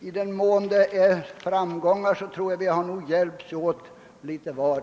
I den mån vi har haft framgångar tror jag att vi har hjälpts åt litet var.